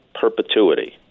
perpetuity